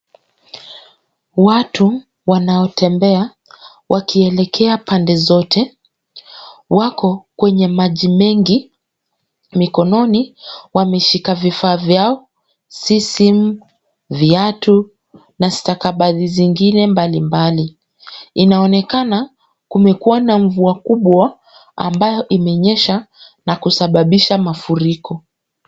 Watu wanaotembea wakielekea pande zote, wako kwenye maji mengi, mikononi wameshika vifaa vyao, Sisim , viatu na stakabadhi zingine mbalimbali. Inaonekana. Kumekuwa na mvua kubwa ambayo imenyesha na kusababisha mafuriko.